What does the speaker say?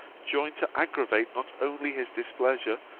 join to aggravate not only his displeasure,